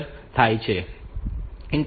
5 7